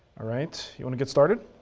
all right, you want to get started?